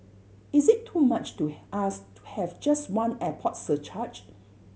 is it too much to ask to have just one airport surcharge